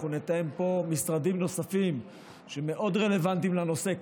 אנחנו נתאם פה משרדים נוספים שמאוד רלוונטיים לנושא,